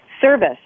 service